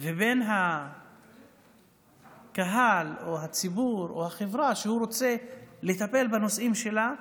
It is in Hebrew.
לבין הקהל או הציבור או החברה שהוא רוצה לטפל בנושאים שלהם,